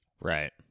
right